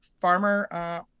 farmer